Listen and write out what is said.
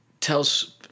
tells